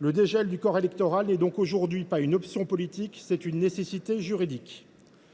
Le dégel du corps électoral n’est donc aujourd’hui pas une option politique ; c’est une nécessité juridique.